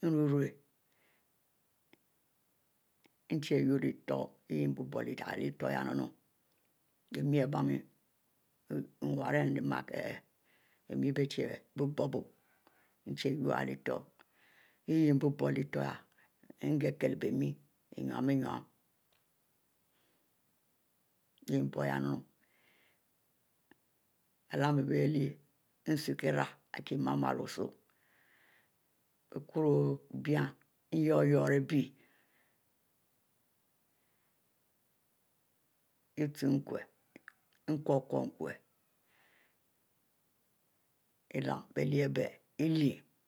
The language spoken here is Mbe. nyurri, chie wu rrie leltur, ihieh bieburo leh iturnnu, Bemi ari bie. mie, nwarr nrie mekieh ihieh, Bemi bie chie biub bobo, nchie yurro ihieh lehtur yeh nbob bor ihieh nghieh-kilur bemi nynnu ny nnu, yeh nbro yennu bie lehmu bie lyieh isulcira kie malu-malu osuh biekurr bine, nyuri-nyuri abie ichu mukue nkoko mikie, ilamu-bie lyieh abie lyi leh